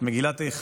את מגילת איכה